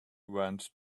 went